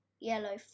yellow